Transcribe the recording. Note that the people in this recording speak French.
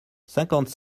cinquante